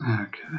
Okay